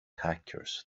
hackers